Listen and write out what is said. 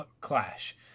clash